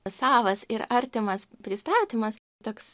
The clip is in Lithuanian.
savas ir artimas pristatymas toks